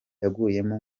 yaguyemo